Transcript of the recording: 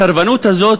הסרבנות הזאת,